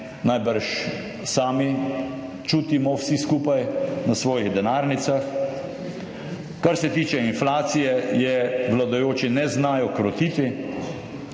najbrž sami čutimo vsi skupaj na svojih denarnicah. Kar se tiče inflacije, je vladajoči ne znajo krotiti.